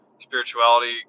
spirituality